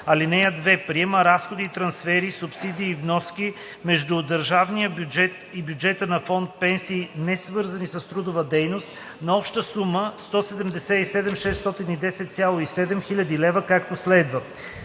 (2) Приема разходи и трансфери (субсидии, вноски) между държавния бюджет и бюджета на фонд „Пенсии, несвързани с трудова дейност“ на обща сума 177 610,7 хил. лв., както следва:“.